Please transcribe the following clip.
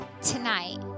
tonight